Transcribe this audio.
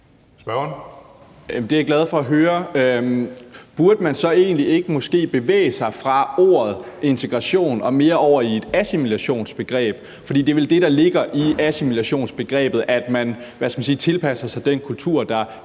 Det er jeg glad for at høre. Burde man så egentlig ikke måske bevæge sig fra ordet integration og mere over i et assimilationsbegreb, for det er vel det, der ligger i assimilationsbegrebet, at man tilpasser sig den kultur, der